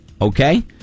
Okay